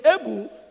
able